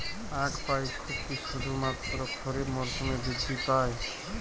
আখ বা ইক্ষু কি শুধুমাত্র খারিফ মরসুমেই বৃদ্ধি পায়?